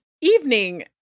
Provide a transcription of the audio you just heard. evening